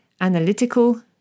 analytical